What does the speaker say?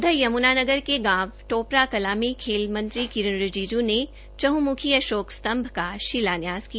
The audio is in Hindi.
उधर यमुनानगर के गांव टोपरा कलां में खेल मंत्री किरिण रिजिजू ने चहंमुखी अशोक स्तंभ का शिलान्यास किया